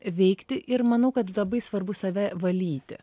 veikti ir manau kad labai svarbu save valyti